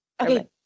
Okay